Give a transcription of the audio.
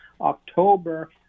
October